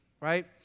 right